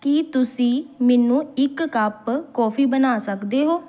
ਕੀ ਤੁਸੀਂ ਮੈਨੂੰ ਇੱਕ ਕੱਪ ਕੌਫੀ ਬਣਾ ਸਕਦੇ ਹੋ